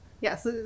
yes